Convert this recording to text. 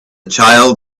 child